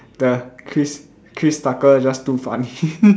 the Chris Chris Tucker just too funny